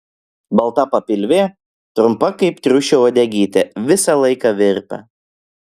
balta papilvė trumpa kaip triušio uodegytė visą laiką virpa